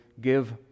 give